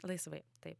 laisvai taip